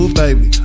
baby